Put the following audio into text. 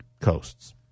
Coasts